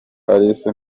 alice